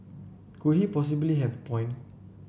could he possibly have a point